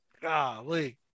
Golly